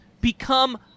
become